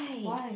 why